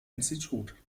institut